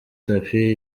tapi